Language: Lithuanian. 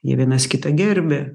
jie vienas kitą gerbia